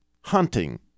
hunting